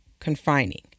confining